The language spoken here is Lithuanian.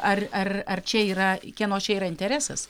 ar ar ar čia yra kieno čia yra interesas